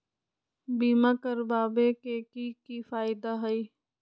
बीमा करबाबे के कि कि फायदा हई?